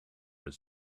his